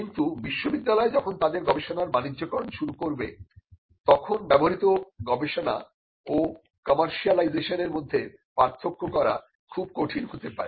কিন্তু বিশ্ববিদ্যালয় যখন তাদের গবেষণার বাণিজ্যিকরণ শুরু করবে তখন ব্যবহৃত গবেষণা ও কমার্শিয়ালাইজেসন এর মধ্যে পার্থক্য করা খুব কঠিন হতে পারে